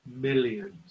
millions